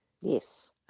yes